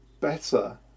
better